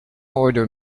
order